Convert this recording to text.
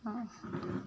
कहाँ छै